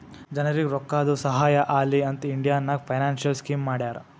ಜನರಿಗ್ ರೋಕ್ಕಾದು ಸಹಾಯ ಆಲಿ ಅಂತ್ ಇಂಡಿಯಾ ನಾಗ್ ಫೈನಾನ್ಸಿಯಲ್ ಸ್ಕೀಮ್ ಮಾಡ್ಯಾರ